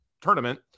tournament